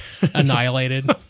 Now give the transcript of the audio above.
annihilated